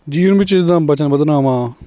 ਜੀਵਨ ਵਿੱਚ ਜਿੱਦਾਂ ਵਚਨ ਵਧਨਾਵਾਂ